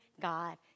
God